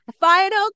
Final